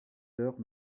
heures